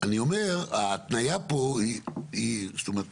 אני אומר, ההתניה פה היא, זאת אומרת